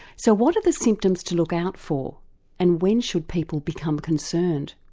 so what are the symptoms to look out for and when should people become concerned?